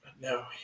No